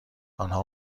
آنها